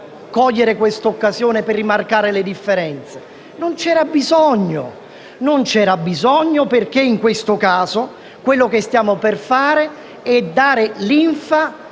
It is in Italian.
Non ce n'era bisogno, perché in questo caso quello che stiamo per fare è dare "linfa"